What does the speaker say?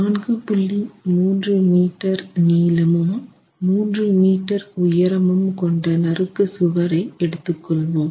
3 metre நீளமும் 3 metre உயரமும் கொண்ட நறுக்கு சுவரை எடுத்துக்கொள்வோம்